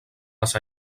les